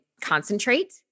Concentrate